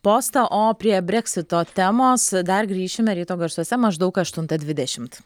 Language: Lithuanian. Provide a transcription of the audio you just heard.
postą o prie breksito temos dar grįšime ryto garsuose maždaug aštuntą dvidešimt